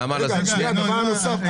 נעמה לזימי, בבקשה.